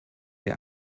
der